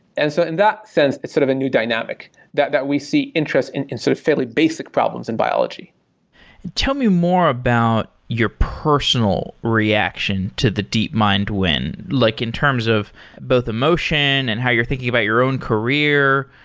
and so in that sense, it's sort of a new dynamic that that we see interest in in sort of fairly basic problems in biology tell me more about your personal reaction to the deepmind win, like in terms of both emotion and how you're thinking about your own career.